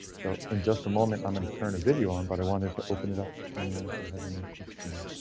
so in just a moment i'm going to turn the video on, but i wanted to open it up to anyone if they had any questions.